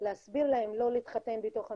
להסביר להם לא להתחתן בתוך המשפחה,